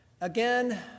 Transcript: Again